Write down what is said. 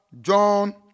John